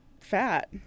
fat